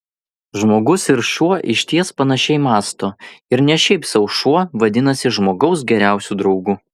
žmogus ir šuo išties panašiai mąsto ir ne šiaip sau šuo vadinasi žmogaus geriausiu draugu